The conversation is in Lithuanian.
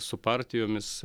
su partijomis